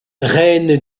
reine